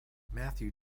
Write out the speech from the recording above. matthew